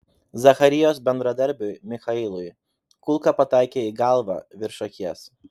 zacharijos bendradarbiui michailui kulka pataikė į galvą virš akies